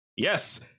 Yes